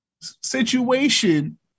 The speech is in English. situation